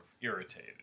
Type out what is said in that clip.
irritated